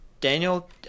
Daniel